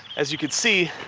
as you can see,